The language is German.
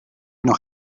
noch